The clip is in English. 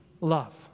love